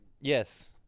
Yes